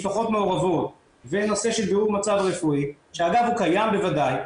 משפחות מעורבות והנושא של בירור מצב רפואי שאגב הוא קיים בוודאי,